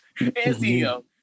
CEO